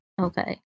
Okay